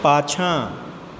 पाछाँ